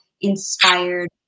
inspired